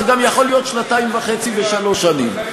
זה גם יכול להיות שנתיים וחצי ושלוש שנים.